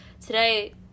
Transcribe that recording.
today